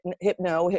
hypno